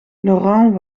laurens